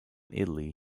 italy